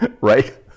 Right